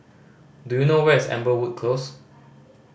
do you know where is Amberwood Close